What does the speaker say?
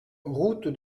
route